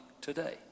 today